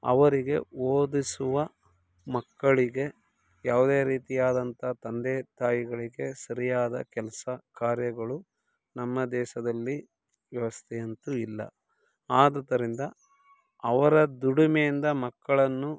ಅವರಿಗೆ ಓದಿಸುವ ಮಕ್ಕಳಿಗೆ ಯಾವುದೇ ರೀತಿಯಾದಂಥ ತಂದೆ ತಾಯಿಗಳಿಗೆ ಸರಿಯಾದ ಕೆಲಸ ಕಾರ್ಯಗಳು ನಮ್ಮ ದೇಶದಲ್ಲಿ ವ್ಯವಸ್ಥೆ ಅಂತೂ ಇಲ್ಲ ಆದುದರಿಂದ ಅವರ ದುಡಿಮೆಯಿಂದ ಮಕ್ಕಳನ್ನು